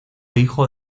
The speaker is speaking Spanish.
hijo